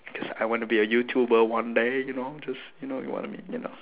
because I want to be a YouTuber one day you know just you wanna be you know